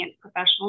professional